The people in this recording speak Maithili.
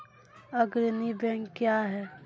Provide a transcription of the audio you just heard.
अग्रणी बैंक क्या हैं?